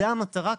זו המטרה פה.